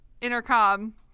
intercom